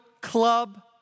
club